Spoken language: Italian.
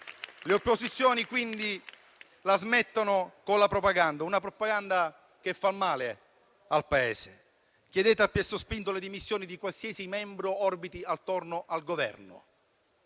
Le opposizioni quindi la smettano con la propaganda, una propaganda che fa male al Paese. Chiedete a piè sospinto le dimissioni di qualsiasi membro orbiti attorno al Governo.